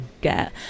get